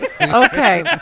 Okay